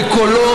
בקולו,